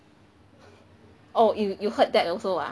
oh you you heard that also ah